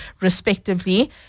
respectively